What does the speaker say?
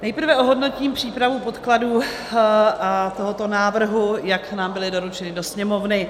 Nejprve ohodnotím přípravu podkladů a tohoto návrhu, jak nám byly doručeny do Sněmovny.